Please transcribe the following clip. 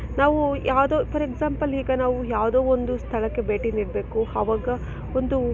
ನಾವು ಯಾವುದೋ for example ಈಗ ನಾವು ಯಾವುದೋ ಒಂದು ಸ್ಥಳಕ್ಕೆ ಭೇಟಿ ನೀಡಬೇಕು ಆವಾಗ ಒಂದು